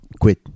Quit